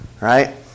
Right